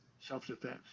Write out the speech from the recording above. self-defense